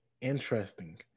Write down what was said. interesting